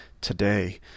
today